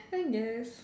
I guess